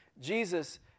Jesus